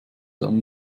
dann